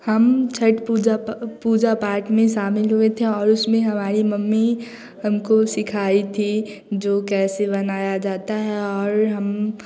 हम छट पूजा पाठ में शामिल हुए थे और उसमें हमारी मम्मी हमको सिखाई थी जो कैसे बनाया जाता है और हम